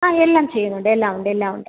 ആ എല്ലാം ചെയ്യുന്നുണ്ട് എല്ലാം ഉണ്ട് എല്ലാം ഉണ്ട്